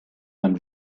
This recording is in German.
man